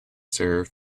serve